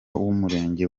w’umurenge